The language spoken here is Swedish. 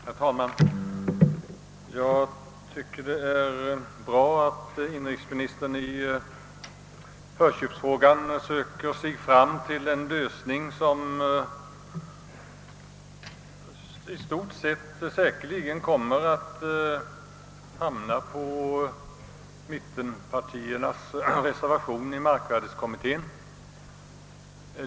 Herr talman! Jag tycker det är bra att inrikesministern i förköpsfrågan söker sig fram till en lösning som grundar sig på mittenpartiernas reservation i markvärdeskommittén.